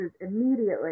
immediately